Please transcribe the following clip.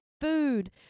food